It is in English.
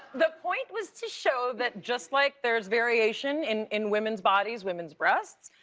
the point was to show that just like there's variation in in women's bodies, women's breasts,